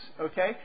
Okay